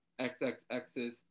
XXX's